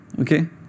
Okay